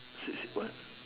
she she what